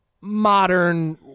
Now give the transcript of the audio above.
modern